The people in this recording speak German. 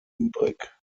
übrig